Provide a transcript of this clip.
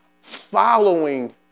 following